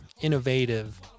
innovative